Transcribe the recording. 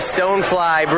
Stonefly